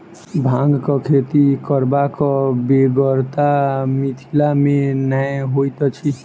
भांगक खेती करबाक बेगरता मिथिला मे नै होइत अछि